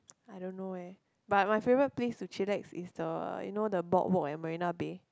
I don't know eh but my favourite place to chillax is the you know the boardwalk at Marina-Bay